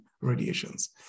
radiations